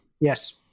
Yes